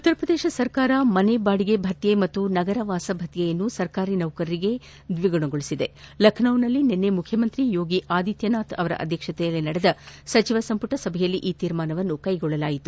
ಉತ್ತರ ಪ್ರದೇಶ ಸರ್ಕಾರ ಮನೆ ಬಾಡಿಗೆ ಭತ್ಯೆ ಹಾಗೂ ನಗರವಾಸ ಭತ್ಯೆಯನ್ನು ಸರ್ಕಾರಿ ನೌಕರರಿಗೆ ದ್ವಿಗುಣ ಗೊಳಿಸಿದೆ ಲಕ್ನೊದಲ್ಲಿ ನಿನ್ನೆ ಮುಖ್ಯಮಂತ್ರಿ ಯೋಗಿಆದಿತ್ತನಾಥ್ ಅಧ್ಯಕ್ಷತೆಯಲ್ಲಿ ನಡೆದ ಸಚಿವ ಸಂಪುಟ ಸಭೆಯಲ್ಲಿ ಈ ತೀರ್ಮಾನ ಕೈಗೊಳ್ಳಲಾಗಿದೆ